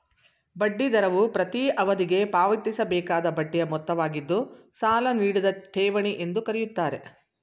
ಬಡ್ಡಿ ದರವು ಪ್ರತೀ ಅವಧಿಗೆ ಪಾವತಿಸಬೇಕಾದ ಬಡ್ಡಿಯ ಮೊತ್ತವಾಗಿದ್ದು ಸಾಲ ನೀಡಿದ ಠೇವಣಿ ಎಂದು ಕರೆಯುತ್ತಾರೆ